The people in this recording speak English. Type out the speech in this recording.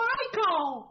Michael